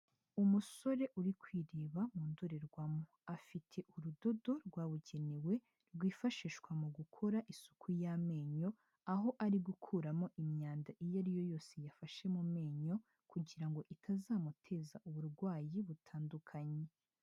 Umusore uri kwireba mu ndorerwamo, afite urudodo rwabugenewe rwifashishwa mu gukora isuku y'amenyo, aho ari gukuramo imyanda iyo ari yo yose yafashe mu menyo kugira ngo itazamuteza uburwayi butandukanye.